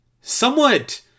somewhat